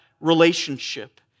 relationship